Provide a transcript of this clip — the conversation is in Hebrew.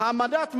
"העמדת מעון-יום,